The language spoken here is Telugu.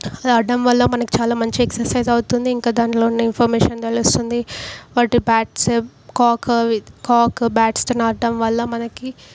అది ఆడడం వల్ల మనకి చాలా మంచి ఎక్సర్సైజ్ అవుతుంది ఇంకా దాంట్లో ఉన్న ఇన్ఫర్మేషన్ తెలుస్తుంది వాటి బ్యాట్స్ కాక్ అవి కాక్ బ్యాట్స్తోని ఆడటం వల్ల మనకి